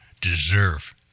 deserve